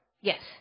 yes